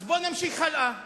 אז בואו נמשיך הלאה.